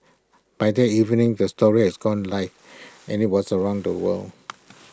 by that evening the story has gone live and IT was around the world